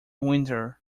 winter